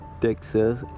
Texas